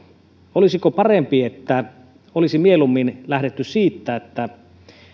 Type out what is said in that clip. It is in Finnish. olisiko parempi että olisi mieluummin lähdetty siitä että